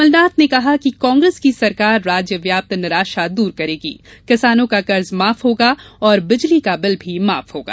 कमलनाथ ने कहा कि कांग्रेसकी सरकार राज्य व्याप्त निराशा दूर करेगी किसानों का कर्ज माफ होगा बिजली का बिल माफ होगा